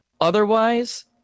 otherwise